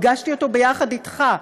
הגשתי אותו ביחד אתך,